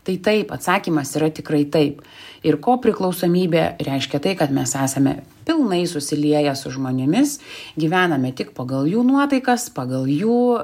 tai taip atsakymas yra tikrai taip ir ko priklausomybė reiškia tai kad mes esame pilnai susilieja su žmonėmis gyvename tik pagal jų nuotaikas pagal jų